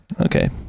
Okay